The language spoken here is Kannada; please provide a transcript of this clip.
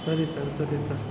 ಸರಿ ಸರ್ ಸರಿ ಸರ್